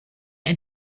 and